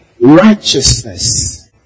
righteousness